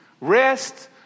Rest